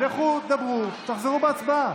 לכו, דברו, תחזרו בהצבעה.